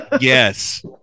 Yes